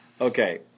Okay